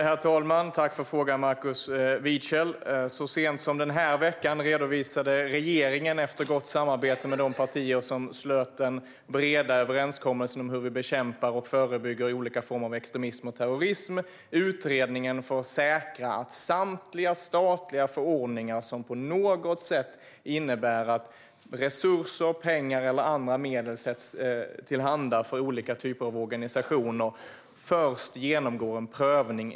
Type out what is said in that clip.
Herr talman! Tack, Markus Wiechel, för frågan! Så sent som denna vecka redovisade regeringen den utredning som ska säkra att samtliga statliga förordningar som på något sätt innebär att resurser, pengar eller andra medel tillhandahålls för olika organisationer först genomgår en prövning som visar att de stöder och verkar för de principer som den svenska värdegrunden vilar på, såsom demokrati, mänskliga rättigheter och jämställdhet.